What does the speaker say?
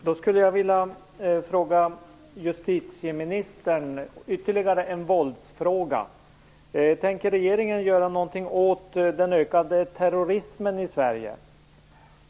Herr talman! Jag skulle vilja ställa ytterligare en våldsfråga till justitieministern. Tänker regeringen göra någonting åt den ökande terrorismen i Sverige?